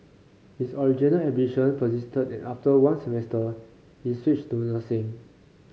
his original ambition persisted and after one semester he switched to nursing